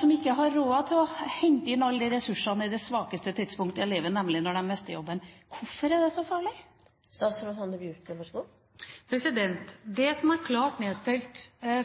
som ikke har råd til å hente inn alle de ressursene i det svakeste øyeblikket i livet, nemlig når de mister jobben, omfattes av loven? Hvorfor er det så farlig? Det som er klart nedfelt